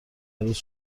عروس